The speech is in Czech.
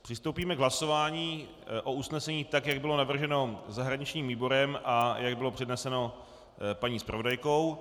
Přistoupíme k hlasování o usnesení, jak bylo navrženo zahraničním výborem a jak bylo předneseno paní zpravodajkou.